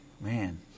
Man